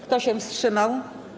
Kto się wstrzymał?